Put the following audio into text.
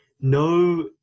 no